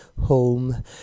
Home